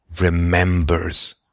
remembers